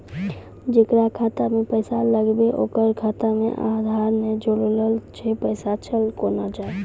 जेकरा खाता मैं पैसा लगेबे ओकर खाता मे आधार ने जोड़लऽ छै पैसा चल कोना जाए?